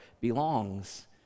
belongs